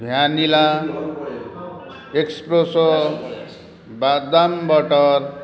vanilla espresso badam butter